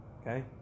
Okay